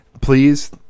please